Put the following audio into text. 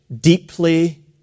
deeply